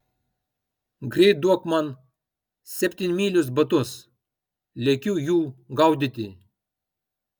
greit duok man septynmylius batus lekiu jų gaudyti